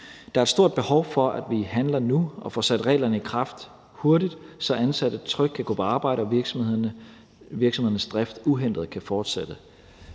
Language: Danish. Der er et stort behov for, at vi handler nu og får sat reglerne i kraft hurtigt, så ansatte trygt kan gå på arbejde og virksomhedernes drift uhindret kan fortsætte.